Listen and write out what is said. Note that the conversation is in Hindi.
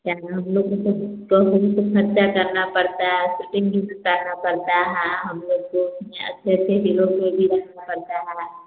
यह हम लोग के तो प्रमोशन पर ख़र्च करना पड़ता है शूटिंग भी दिखाना पड़ता है हम लोग को अच्छे अच्छे हीलों पर भी रहना पड़ता है